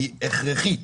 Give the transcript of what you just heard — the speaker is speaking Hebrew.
היא הכרחית